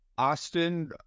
Austin